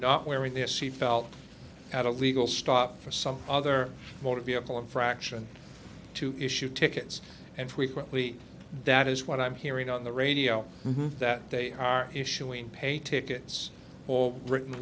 wearing their seat belt at a legal stop for some other motor vehicle infraction to issue tickets and frequently that is what i'm hearing on the radio that they are issuing pay tickets or written